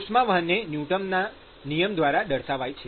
ઉષ્મા વહન એ ન્યુટનના નિયમ દ્વારા દર્શાવાય છે